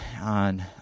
on